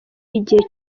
igihe